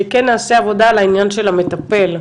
שכן נעשה עבודה בעניין של המטפל,